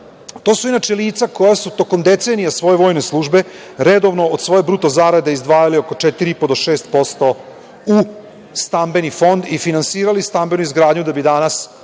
To su inače lica koja su tokom decenija svoje vojne službe redovno od svoje bruto zarade izdvajali oko 4,5 do 6% u Stambeni fond i finansirali stambenu izgradnju da bi danas